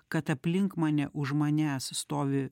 kad aplink mane už manęs stovi